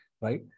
Right